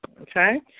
Okay